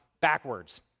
backwards